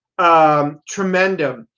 tremendum